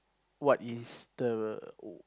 what is the